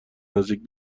نزدیک